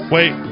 Wait